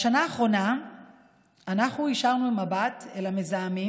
בשנה האחרונה אנחנו הישרנו מבט אל המזהמים.